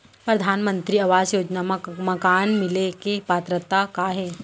परधानमंतरी आवास योजना मा मकान मिले के पात्रता का हे?